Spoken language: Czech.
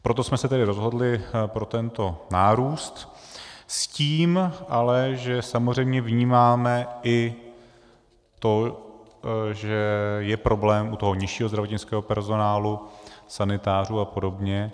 Proto jsme se tedy rozhodli pro tento nárůst s tím ale, že samozřejmě vnímáme i to, že je problém i u toho nižšího zdravotnického personálu, sanitářů a podobně.